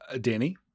Danny